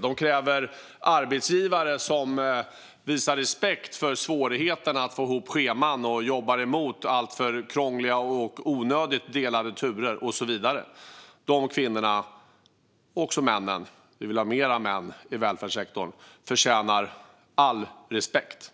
Det krävs också arbetsgivare som visar respekt för svårigheten att få ihop scheman och som jobbar emot alltför krångliga och onödigt delade turer och så vidare. De kvinnorna och även männen - vi vill ha fler män i välfärdssektorn - förtjänar all respekt.